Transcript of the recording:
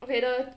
okay the